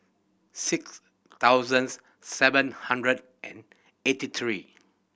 six thousands seven hundred and eighty three